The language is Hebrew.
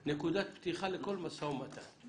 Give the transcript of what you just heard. בסדר, זו נקודת פתיחה לכל משא ומתן.